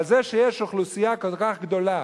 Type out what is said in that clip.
אבל זה שיש אוכלוסייה כל כך גדולה